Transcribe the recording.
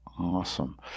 Awesome